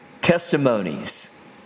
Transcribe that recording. testimonies